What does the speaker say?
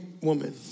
woman